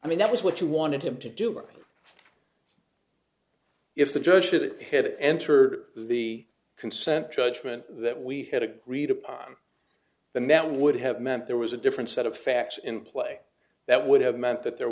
i mean that was what you wanted him to do or if the judge should hit enter the consent judgment that we had agreed upon the met would have meant there was a different set of facts in play that would have meant that there